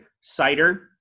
cider